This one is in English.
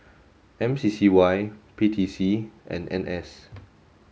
M C C Y P T C and N S